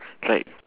it's like